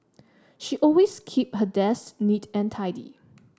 she always keeps her desk neat and tidy